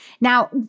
Now